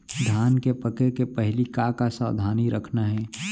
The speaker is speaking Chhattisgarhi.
धान के पके के पहिली का का सावधानी रखना हे?